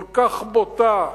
כל כך בוטה?